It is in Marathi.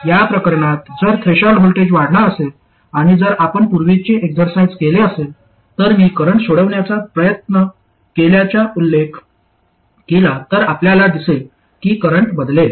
या प्रकरणात जर थ्रेशोल्ड व्होल्टेज वाढला असेल आणि जर आपण पूर्वीचे एक्झरसाईझ केले असेल तर मी करंट सोडवण्याचा प्रयत्न केल्याचा उल्लेख केला तर आपल्याला दिसेल की करंट बदलेल